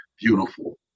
beautiful